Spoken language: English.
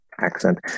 accent